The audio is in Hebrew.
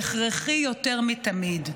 זה הכרחי יותר מתמיד.